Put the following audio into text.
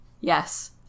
Yes